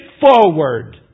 forward